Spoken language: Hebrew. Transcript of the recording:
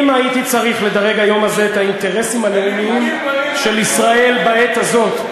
אם הייתי צריך לדרג היום הזה את האינטרסים הלאומיים של ישראל בעת הזאת,